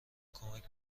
کمک